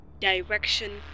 direction